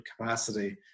capacity